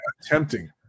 attempting